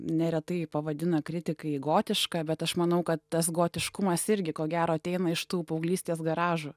neretai pavadina kritikai gotiška bet aš manau kad tas gotiškumas irgi ko gero ateina iš tų paauglystės garažų